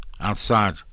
outside